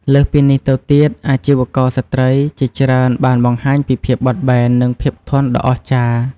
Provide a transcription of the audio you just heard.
លើសពីនេះទៅទៀត អាជីវករស្ត្រីជាច្រើនបានបង្ហាញពីភាពបត់បែន និងភាពធន់ដ៏អស្ចារ្យ។